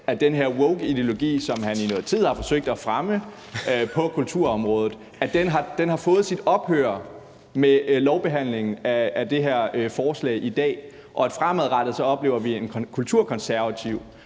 at den her wokeideologi, som han i noget tid har forsøgt at fremme på kulturområdet, har fået sit ophør med lovbehandlingen af det her forslag i dag, og at vi fremadrettet oplever en kulturkonservativ